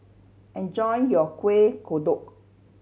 enjoy your Kuih Kodok